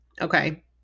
Okay